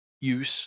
use